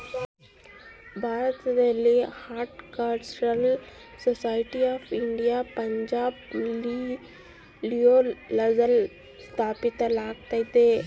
ಭಾರತದಲ್ಲಿ horticultural society of India ಪಂಜಾಬ್ನ ಲಿಯಾಲ್ಪುರ್ನಲ್ಲ ಸ್ಥಾಪಿಸಲಾಗ್ಯತೆ